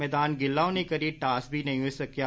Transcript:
मैदान गिल्ला होने करी टॉस बी नेइं होइ सकेआ